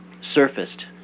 surfaced